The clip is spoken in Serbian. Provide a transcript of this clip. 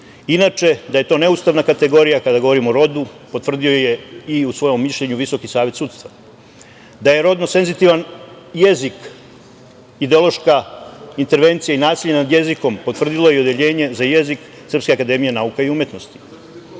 da je to neustavna kategorija, kada govorimo o rodu, potvrdio je i u svom mišljenju Visoki savet sudstva. Da je rodno senzitivan jezik ideološka intervencija i nasilje nad jezikom potvrdilo je i Odeljenje za jezik Srpske akademije nauka i umetnosti.